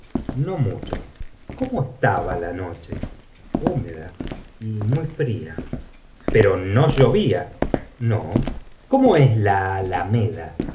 no mucho cómo estaba la noche húmeda y muy fría perq no llovía no v cómo es la alameda